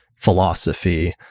philosophy